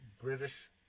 british